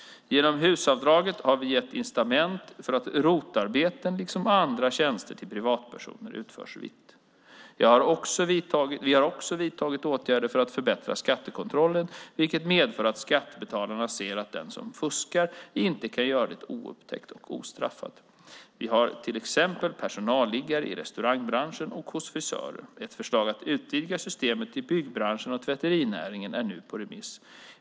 Genom HUS-avdraget har vi gett incitament för att ROT-arbeten liksom andra tjänster till privatpersoner utförs vitt. Vi har också vidtagit åtgärder för att förbättra skattekontrollen, vilket medför att skattebetalarna ser att den som fuskar inte kan göra det oupptäckt och ostraffat. Vi har till exempel personalliggare i restaurangbranschen och hos frisörer. Ett förslag om att utvidga systemet till byggbranschen och tvätterinäringen är nu ute på remiss.